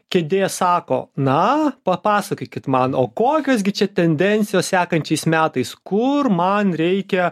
kėdės sako na papasakokit man o kokios gi čia tendencijos sekančiais metais kur man reikia